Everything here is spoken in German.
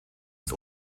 ist